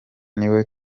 niwe